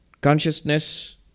consciousness